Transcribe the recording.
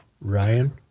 Ryan